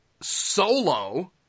Solo